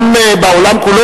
גם בעולם כולו,